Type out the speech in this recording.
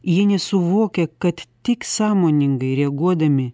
jie nesuvokia kad tik sąmoningai reaguodami